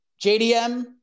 JDM